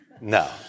No